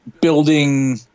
building